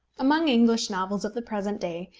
among english novels of the present day,